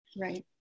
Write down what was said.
Right